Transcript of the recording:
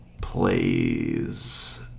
Plays